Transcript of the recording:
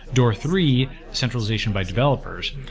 door three, centralization by developers.